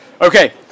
Okay